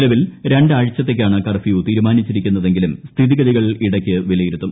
നിലവിൽ രണ്ടാഴ്ചത്തേയ്ക്കാണ് കർഫ്യൂ തീരുമാനിച്ചിരിക്കുന്നതെങ്കിലും സ്ഥിതിഗതികൾ ഇടയ്ക്ക് വിലയിരുത്തും